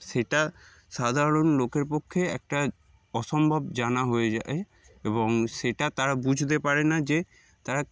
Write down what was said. সেটা সাধারণ লোকের পক্ষে একটা অসম্ভব জানা হয়ে যায় এবং সেটা তারা বুঝতে পারে না যে তারা